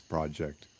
Project